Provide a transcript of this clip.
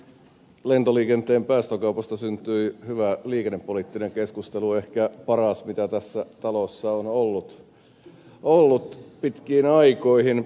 lentoliikenteen päästökaupasta syntyi hyvä liikennepoliittinen keskustelu ehkä paras mitä tässä talossa on ollut pitkiin aikoihin